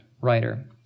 writer